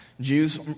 Jews